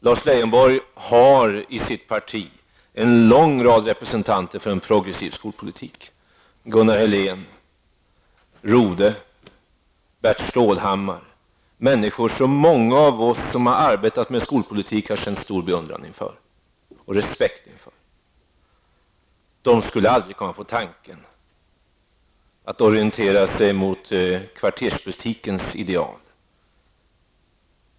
Lars Leijonborg har i sitt parti en lång rad representanter för en progressiv skolpolitik: Gunnar Helén, Rodhe och Bert Stålhammar, människor som många av oss som arbetar med skolfrågor har känt stor beundran och respekt inför. De skulle aldrig komma på tanken att orientera sig mot kvartersbutikens ideal.